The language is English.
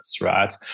right